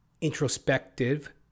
introspective